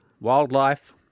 Wildlife